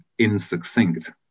insuccinct